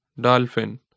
Dolphin